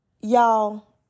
Y'all